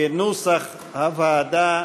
כנוסח הוועדה.